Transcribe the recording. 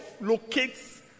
locates